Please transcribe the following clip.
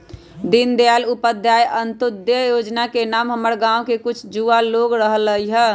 दीनदयाल उपाध्याय अंत्योदय जोजना के नाम हमर गांव के कुछ जुवा ले रहल हइ